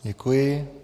Děkuji.